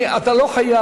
אני, אתה לא חייב.